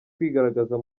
kwigaragaza